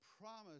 promise